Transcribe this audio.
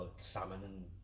salmon